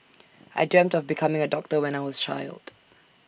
I dreamt of becoming A doctor when I was A child